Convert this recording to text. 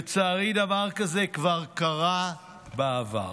לצערי, דבר כזה כבר קרה בעבר.